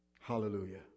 Hallelujah